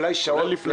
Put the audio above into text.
אולי שעות,